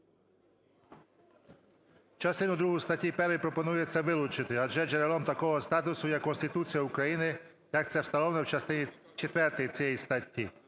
Частину другу статті 1 пропонується вилучити, адже джерелом такого статусу, як Конституція України, як це встановлено в частині четвертій цієї статті.